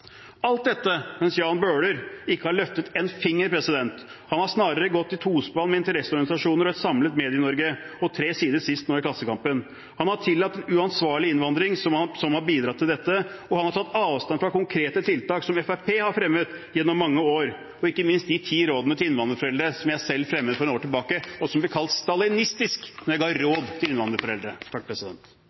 Alt dette mens Jan Bøhler ikke har løftet en finger. Han har snarere gått i tospann med interesseorganisasjoner og et samlet Medie-Norge, nå sist tre sider i Klassekampen. Han har tillatt en uansvarlig innvandring som har bidratt til dette, og han har tatt avstand fra konkrete tiltak som Fremskrittspartiet har fremmet gjennom mange år, og ikke minst de ti rådene til innvandrerforeldre som jeg selv fremmet for noen år tilbake, og som ble kalt stalinistiske. Interpellanten tar opp et veldig viktig tema, og det er bra. Jeg